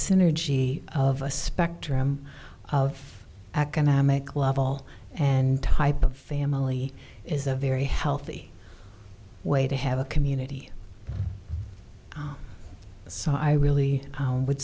synergy of a spectrum of economic level and type of family is a very healthy way to have a community so i really would